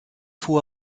fou